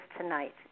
tonight